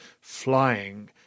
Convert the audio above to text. flying